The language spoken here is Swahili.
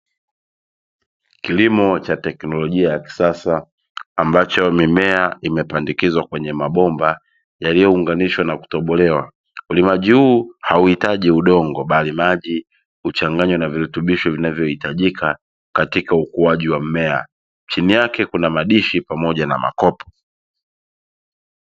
Kilimo cha teknolojia ya kisasa ambacho mimea imepandikizwa kwenye mabomba yaliyounganishwa na kutobolewa. Ulimaji huu hauhitaji udongo, bali maji huchanganywa na virutubisho vinavyohitajika katika ukuaji wa mmea; chini yake kuna madishi pamoja na makopo.